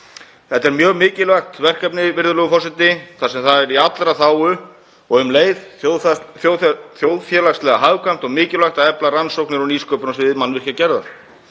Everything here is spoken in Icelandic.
Þetta er mjög mikilvægt verkefni, virðulegur forseti, þar sem það er í allra þágu og um leið þjóðfélagslega hagkvæmt og mikilvægt að efla rannsóknir og nýsköpun á sviði mannvirkjagerðar.